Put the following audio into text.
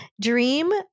dream